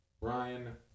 Ryan